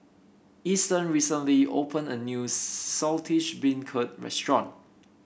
Easton recently opened a new Saltish Beancurd restaurant